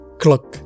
clock